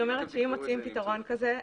אני אומרת שאם מוצאים פתרון כזה,